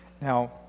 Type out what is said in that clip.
Now